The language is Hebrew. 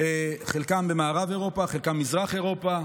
חלקן במערב אירופה, חלקן במזרח אירופה,